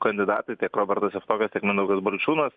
kandidatai tiek robertas javtokas tiek mindaugas balčiūnas